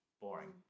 boring